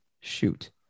Shoot